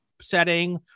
setting